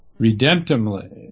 redemptively